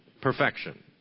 perfection